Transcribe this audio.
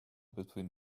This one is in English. between